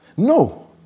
No